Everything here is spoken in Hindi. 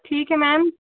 ठीक है मैम